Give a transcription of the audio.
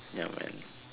ya man